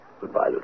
Goodbye